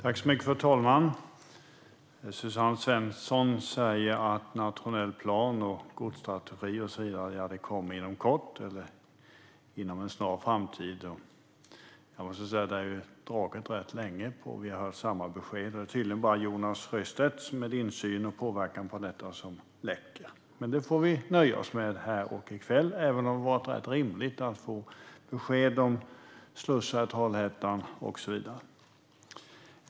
Fru talman! Suzanne Svensson säger att nationell plan, godsstrategi och så vidare kommer inom kort eller inom en snar framtid. Jag måste säga att det har dragits på detta rätt länge. Vi hör hela tiden samma besked. Det är tydligen bara Jonas Sjöstedt, med insyn i och påverkan på detta, som läcker. Men detta får vi nöja oss med här i kväll, även om det hade varit rätt rimligt att få besked om slussar i Trollhättan och så vidare.